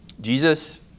Jesus